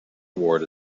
award